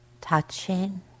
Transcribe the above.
touching